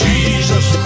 Jesus